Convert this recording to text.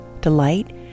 delight